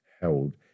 held